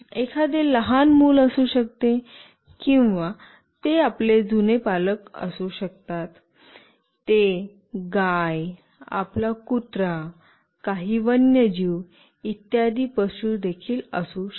एखादे लहान मूल असू शकते किंवा ते आपले जुने पालक असू शकतात ते गाय आपला कुत्रा काही वन्यजीव इत्यादी पशू असू शकते